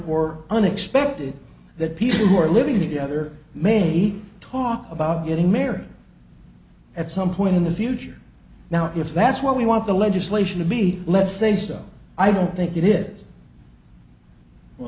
uncommon or unexpected that people who are living together may talk about getting married at some point in the future now if that's where we want the legislation to be let's say so i don't think it is well